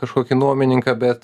kašokį nuomininką bet